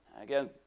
Again